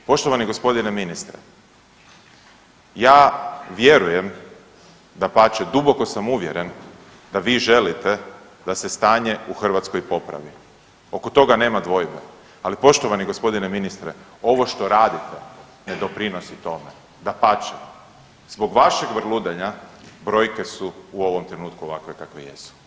Poštovani g. ministre, ja vjerujem, dapače duboko sam uvjeren da vi želite da se stanje u Hrvatskoj popravi, oko toga nema dvojbe, ali poštovani g. ministre ovo što radite ne doprinosi tome, dapače, zbog vašeg vrludanja brojke su u ovom trenutku ovakve kakve jesu.